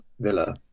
Villa